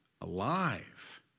alive